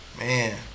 man